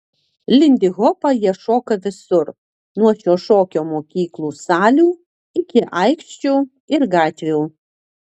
lindihopą jie šoka visur nuo šio šokio mokyklų salių iki aikščių ir gatvių